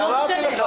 אפשר גם למעלה.